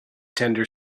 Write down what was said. tender